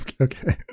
Okay